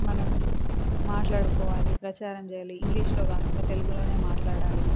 మనం మాట్లాడుకోవాలి ప్రచారం చేయాలి ఇంగ్లీష్లో కాకుండా తెలుగులోనే మాట్లాడాలి